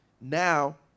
Now